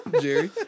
Jerry